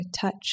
touch